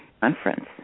conference